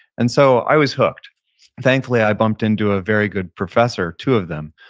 and so, i was hooked thankfully, i bumped into a very good professor, two of them,